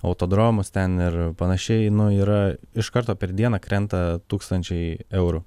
autodromus ten ir panašiai nu yra iš karto per dieną krenta tūkstančiai eurų